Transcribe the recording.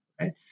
right